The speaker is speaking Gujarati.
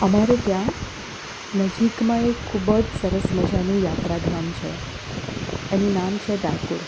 અમારે ત્યાં નજીકમાં એક ખૂબ જ સરસ મજાનું યાત્રાધામ છે એનું નામ છે ડાકોર